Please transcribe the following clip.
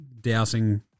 dousing